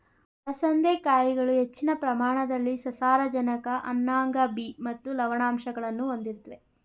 ಅಲಸಂದೆ ಕಾಯಿಗಳು ಹೆಚ್ಚಿನ ಪ್ರಮಾಣದಲ್ಲಿ ಸಸಾರಜನಕ ಅನ್ನಾಂಗ ಬಿ ಮತ್ತು ಲವಣಾಂಶಗಳನ್ನು ಹೊಂದಿರುತ್ವೆ